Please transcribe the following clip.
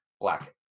Black